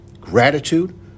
gratitude